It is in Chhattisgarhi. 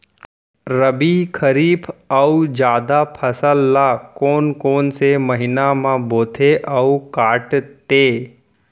रबि, खरीफ अऊ जादा फसल ल कोन कोन से महीना म बोथे अऊ काटते?